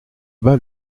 bas